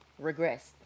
regressed